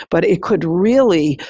but it could really,